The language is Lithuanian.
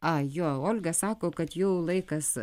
a jo olga sako kad jau laikas